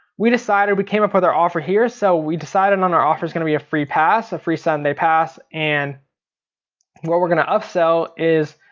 we decided we came up with our offer here. so we decided on our offer is gonna be a free pass, a free seven day pass and what we're gonna upsell is,